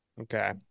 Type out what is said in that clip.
Okay